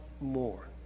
more